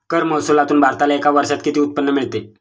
कर महसुलातून भारताला एका वर्षात किती उत्पन्न मिळते?